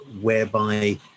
whereby